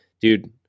Dude